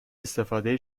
استفاده